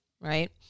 right